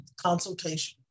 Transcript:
consultation